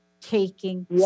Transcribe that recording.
taking